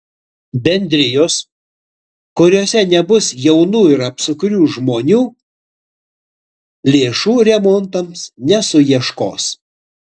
bendrijos kuriose nebus jaunų ir apsukrių žmonių lėšų remontams nesuieškos